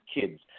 kids